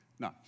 No